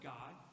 God